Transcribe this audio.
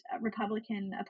Republican